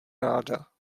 ráda